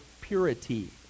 purity